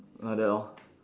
like that lor